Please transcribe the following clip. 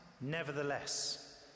nevertheless